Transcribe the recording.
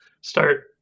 start